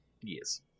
Yes